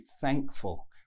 thankful